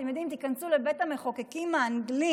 אתם יודעים, תיכנסו לבית המחוקקים האנגלי